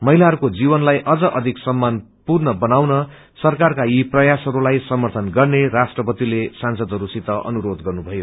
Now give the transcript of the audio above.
महिलाहरूको जीवनलाई अझ अधिक सममानपूर्ण बनाउन सरकारको यी प्रयासहरूलाई समर्थन गर्ने राष्ट्रपतिले सांसदहरूसित अनुरोध गर्नुभयो